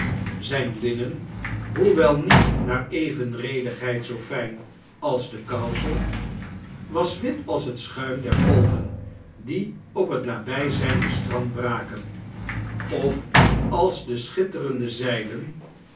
zijn linnen hoewel niet naar evenredigheid zoo fijn als de kousen was wit als het schuim der golven die op het nabjjznnde strand braken of als de schitterende zeilen